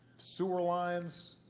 sewer lines,